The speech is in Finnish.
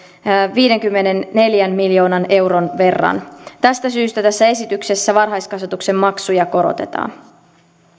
viidenkymmenenneljän miljoonan euron verran tästä syystä tässä esityksessä varhaiskasvatuksen maksuja korotetaan